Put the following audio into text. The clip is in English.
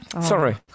Sorry